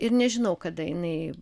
ir nežinau kada jinai